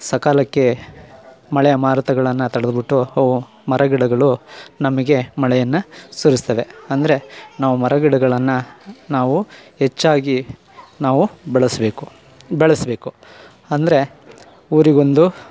ಸಕಾಲಕ್ಕೆ ಮಳೆ ಮಾರುತಗಳನ್ನು ತಡ್ದು ಬಿಟ್ಟು ಅವು ಮರಗಿಡಗಳು ನಮಗೆ ಮಳೆಯನ್ನು ಸುರಿಸ್ತವೆ ಅಂದರೆ ನಾವು ಮರಗಿಡಗಳನ್ನು ನಾವು ಹೆಚ್ಚಾಗಿ ನಾವು ಬಳಸಬೇಕು ಬೆಳಸಬೇಕು ಅಂದರೆ ಊರಿಗೊಂದು